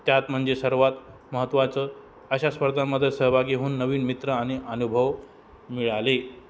त्यात म्हणजे सर्वात महत्त्वाचं अशा स्पर्धांमध्ये सहभागी होऊन नवीन मित्र आणि अनुभव मिळाले